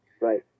Right